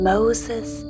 Moses